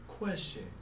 question